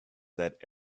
that